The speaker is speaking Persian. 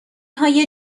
های